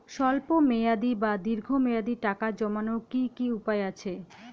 স্বল্প মেয়াদি বা দীর্ঘ মেয়াদি টাকা জমানোর কি কি উপায় আছে?